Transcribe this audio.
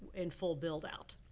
in full build-out.